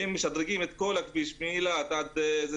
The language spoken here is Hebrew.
ואם משדרגים את כל הכביש מאילת זה